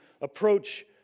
approach